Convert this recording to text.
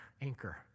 anchor